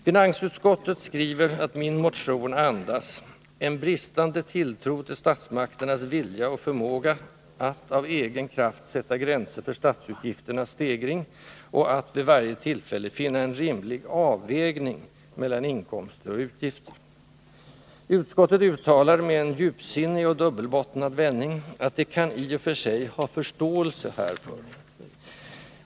Finansutskottet skriver att min motion andas ”en bristande tilltro till statsmakternas vilja och förmåga att av egen kraft sätta gränser för statsutgifternas stegring och att vid varje tillfälle finna en rimlig avvägning mellan inkomster och utgifter”. Utskottet uttalar med en djupsinnig och dubbelbottnad vändning att det i och för sig kan ha förståelse härför.